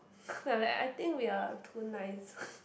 then I like I think we are too nice